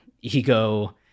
ego